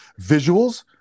visuals